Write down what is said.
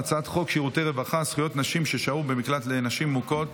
על העברת הצעת חוק שירותי רווחה (זכויות נשים ששהו במקלט לנשים מוכות)